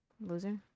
Loser